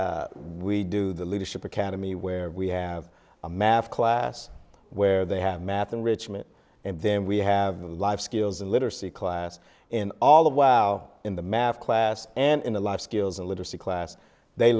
we do the leadership academy where we have a math class where they have math and richmond and then we have life skills and literacy classes in all the while in the math class and in a lot of skills and literacy classes they